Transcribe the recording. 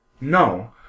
no